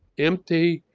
empty,